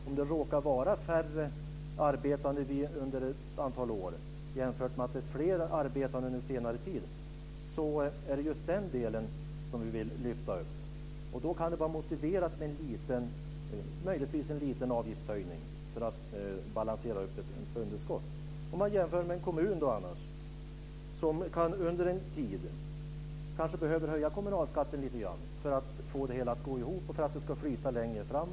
Det kan råka vara färre arbetande under ett antal år och fler arbetande under en senare tid. Det är just den delen som vi vill lyfta upp. Och då kan det möjligtvis vara motiverat med en liten avgiftshöjning för att balansera ett underskott. Man kan annars jämföra med en kommun som under en tid kanske behöver höja kommunalskatten lite grann för att få det hela att gå ihop och för att det ska flyta längre fram.